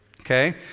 Okay